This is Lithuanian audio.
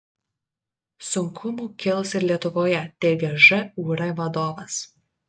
sunkumų kils ir lietuvoje teigia žūr vadovas